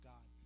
God